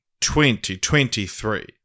2023